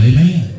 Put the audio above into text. Amen